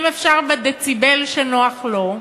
אם אפשר בדציבל שנוח לו,